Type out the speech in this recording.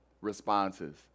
responses